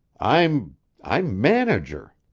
i'm i'm manager.